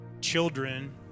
children